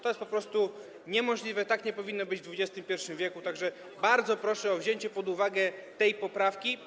To jest po prostu niemożliwe, tak nie powinno być w XXI w., tak że bardzo proszę o wzięcie pod uwagę tej poprawki.